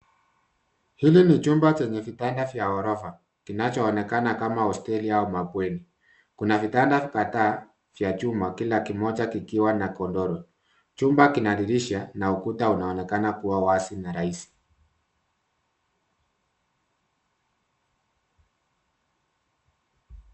Hili ni chumba chenye vitanda vya gorofa, kinachoonekana kama hosteli au mabweni. Kuna vitanda kadhaa vya chuma kila kimoja kikiwa na godoro. Chumba kina dirisha na ukuta unaonekana kuwa wazi na rahisi.